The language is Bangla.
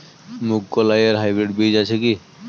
মুগকলাই এর হাইব্রিড বীজ আছে কি?